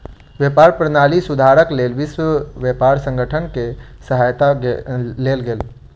व्यापार प्रणाली सुधारक लेल विश्व व्यापार संगठन के सहायता लेल गेल